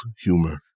humor